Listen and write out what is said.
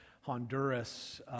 Honduras